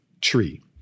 tree